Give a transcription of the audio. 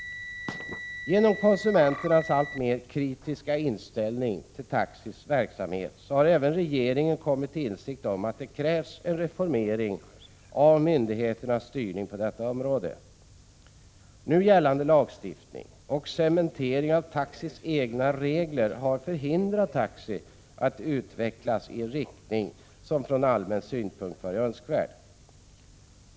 Genom konsumenternas alltmer kritiska inställning till taxis verksamhet har även regeringen kommit till insikt om att det krävs en reformering av myndigheternas styrning på detta område. Nu gällande lagstiftning och cementering av taxis egna regler har förhindrat taxi att utvecklas i en riktning som från allmän synpunkt varit önskvärd.